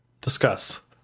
Discuss